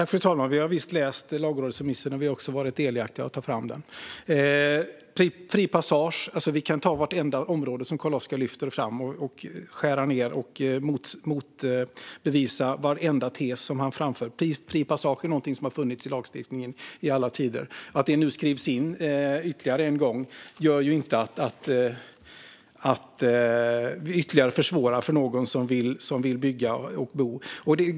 Fru talman! Vi har visst läst lagrådsremissen, och vi har också varit delaktiga i att ta fram den. När det gäller fri passage: Vi kan ta vartenda område som Carl-Oskar Bohlin lyfter fram och skära ned och motbevisa varenda tes som har framförts. Fri passage är något som har funnits i lagstiftningen i alla tider, och att det nu skrivs in ytterligare en gång gör inte att vi ytterligare försvårar för någon som vill bygga och bo.